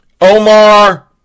Omar